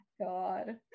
god